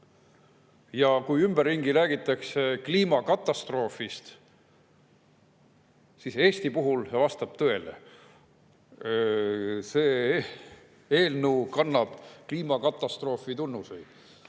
Kui ümberringi räägitakse kliimakatastroofist, siis Eesti puhul see vastab tõele: see eelnõu kannab kliimakatastroofi tunnuseid.